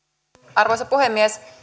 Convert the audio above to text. arvoisa puhemies